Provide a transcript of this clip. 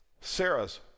Sarah's